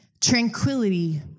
tranquility